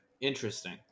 interesting